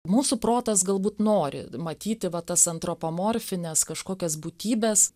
mūsų protas galbūt nori matyti va tas antropomorfines kažkokias būtybes